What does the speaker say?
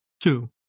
Two